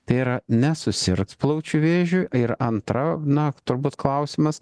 tai yra nesusirgt plaučių vėžiu ir antra na turbūt klausimas